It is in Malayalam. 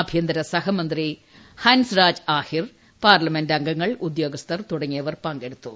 ആഭ്യന്തര സഹമന്ത്രി ഹൻസ് രാജ് ആഹിർ പാർലമെന്റ് അഗങ്ങൾ ഉദ്യോഗസ്ഥർ തുടങ്ങിയവർ പങ്കെടുത്തു